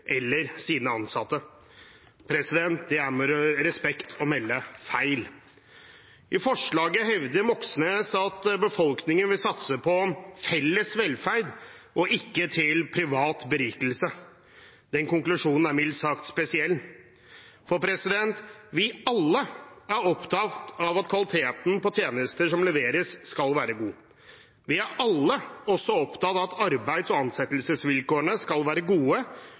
eller sine ansatte. Det er med respekt å melde feil. I forslaget hevder Moxnes at befolkningen vil satse på felles velferd, ikke til privat berikelse. Den konklusjonen er mildt sagt spesiell. Vi er alle opptatt av at kvaliteten på tjenester som leveres, skal være god. Vi er også opptatt av at arbeids- og ansettelsesvilkårene skal være gode,